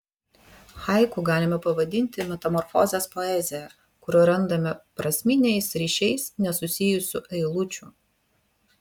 haiku galime pavadinti metamorfozės poeziją kur randame prasminiais ryšiais nesusijusių eilučių